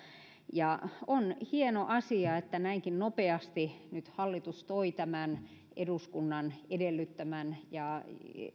on hieno asia että näinkin nopeasti nyt hallitus toi tämän eduskunnan edellyttämän